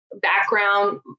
background